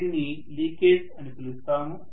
దీనిని లీకేజ్ అని పిలుస్తాము